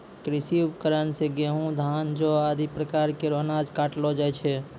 कृषि उपकरण सें गेंहू, धान, जौ आदि प्रकार केरो अनाज काटलो जाय छै